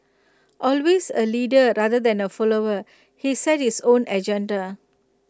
all the ways A leader rather than A follower he set his own agenda